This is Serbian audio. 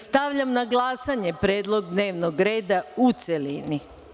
Stavljam na glasanje Predlog dnevnog reda, u celini.